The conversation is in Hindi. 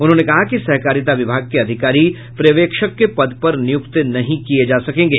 उन्होंने कहा कि सहकारिता विभाग के अधिकारी पर्यवेक्षक के पद पर नियुक्त नहीं किये जा सकेंगे